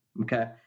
okay